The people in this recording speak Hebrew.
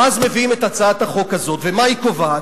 ואז מביאים את הצעת החוק הזאת, ומה היא קובעת?